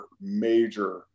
major